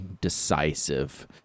decisive –